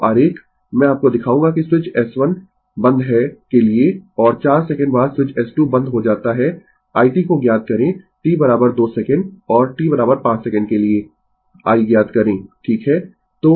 तो आरेख मैं आपको दिखाऊंगा कि स्विच S1 बंद है के लिए और 4 सेकंड बाद स्विच S 2 बंद हो जाता है i t को ज्ञात करें t 2 सेकंड और t 5 सेकंड के लिए i ज्ञात करें ठीक है